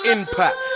Impact